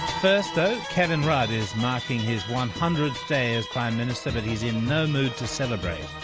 first though, kevin rudd is marking his one hundredth day as prime minister, but he's in no mood to celebrate.